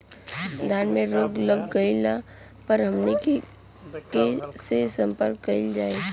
धान में रोग लग गईला पर हमनी के से संपर्क कईल जाई?